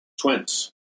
twins